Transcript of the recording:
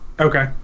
Okay